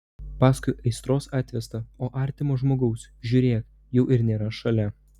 paskui aistros atvėsta o artimo žmogaus žiūrėk jau ir nėra šalia